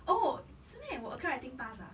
oh 是 meh 我 acad~ writing pass ah